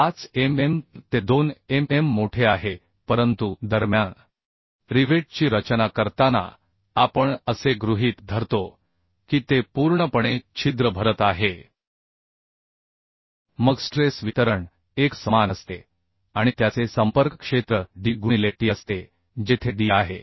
5mm ते 2mm मोठे आहे परंतु दरम्यान रिवेटची रचना करताना आपण असे गृहीत धरतो की ते पूर्णपणे छिद्र भरत आहे मग स्ट्रेस वितरण एकसमान असते आणि त्याचे संपर्क क्षेत्र d गुणिले t असते जेथे d आहे